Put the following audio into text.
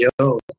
Yo